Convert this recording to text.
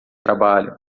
trabalho